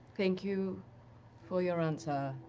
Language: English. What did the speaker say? thank you for your answer.